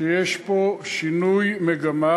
שיש פה שינוי מגמה,